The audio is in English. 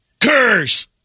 Curse